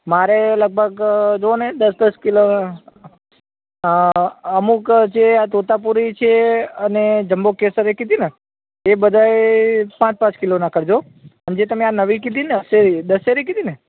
મારે લગભગ જુઓ ને દસ દસ કિલો અમુક જે આ તોતાપૂરી છે અને જમ્બો કેસરેય કીધી ને એ બધા પાંચ પાંચ કિલોનાં કરજો અને જે તમે આ નવી કીધી ને કેવી દશેરી કીધી ને